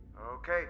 Okay